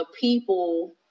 people